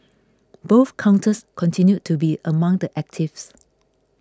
both counters continued to be among the actives